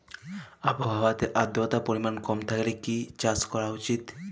আবহাওয়াতে আদ্রতার পরিমাণ কম থাকলে কি চাষ করা উচিৎ?